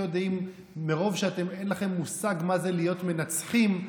מרוב שאין לכם מושג מה זה להיות מנצחים,